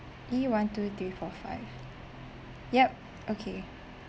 E one two three four five yup okay